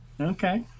Okay